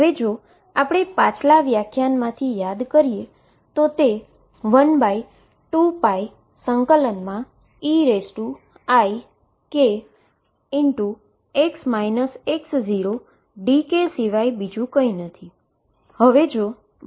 હવે જો આપણે પાછલા વ્યાખ્યાનોમાંથી યાદ કરીએ તો તે 12π∫eikdk સિવાય બીજુ કંઈ નથી